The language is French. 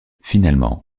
finalement